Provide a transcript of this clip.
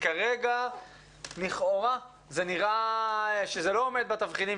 כרגע לכאורה נראה שזה לא עומד בתבחינים,